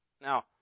Now